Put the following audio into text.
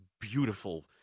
beautiful